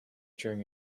during